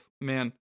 Man